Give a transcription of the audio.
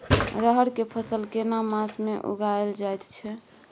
रहर के फसल केना मास में उगायल जायत छै?